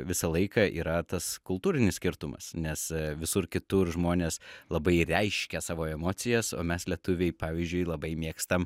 visą laiką yra tas kultūrinis skirtumas nes visur kitur žmonės labai reiškia savo emocijas o mes lietuviai pavyzdžiui labai mėgstam